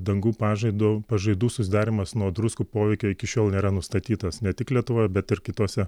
dangų pažaidų pažaidų susidarymas nuo druskų poveikio iki šiol nėra nustatytas ne tik lietuvoje bet ir kitose